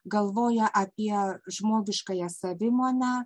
galvoja apie žmogiškąją savimonę